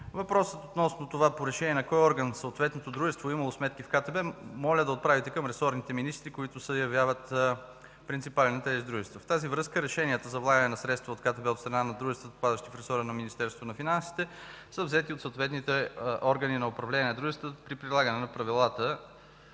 Въпросът относно по решение на кой орган съответното дружество е имало сметки в КТБ, моля да отправите към ресорните министри, които се явяват принципали на тези дружества. Във връзка с това решенията за влагането на средства в КТБ от страна на дружества, попадащи в ресора на Министерството на финансите, са взети от съответните органи на управление на дружествата при прилагане на правилата,